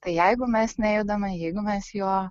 tai jeigu mes nejudame jeigu mes jo